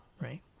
right